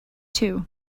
too